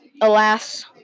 alas